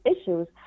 issues